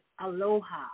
aloha